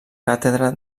càtedra